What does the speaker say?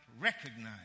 recognize